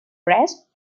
brest